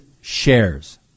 shares